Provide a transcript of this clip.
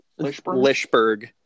Lishberg